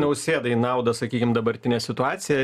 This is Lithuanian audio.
nausėdai į naudą sakykim dabartinė situacija